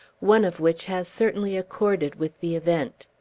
one of which has certainly accorded with the event.